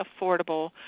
affordable